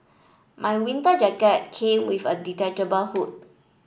my winter jacket came with a detachable hood